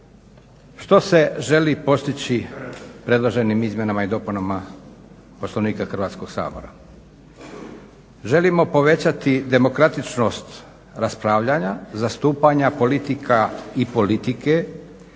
Što se želi postići predloženim izmjenama i dopunama Poslovnika Hrvatskog sabora? Želimo povećati demokratičnost raspravljanja, zastupanja politika i politike